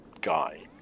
guy